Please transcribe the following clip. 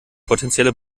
potenzielle